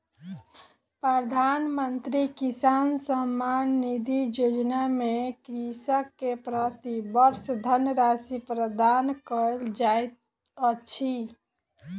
प्रधानमंत्री किसान सम्मान निधि योजना में कृषक के प्रति वर्ष धनराशि प्रदान कयल जाइत अछि